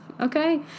okay